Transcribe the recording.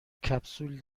کپسول